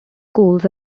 schools